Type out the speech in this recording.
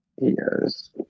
Yes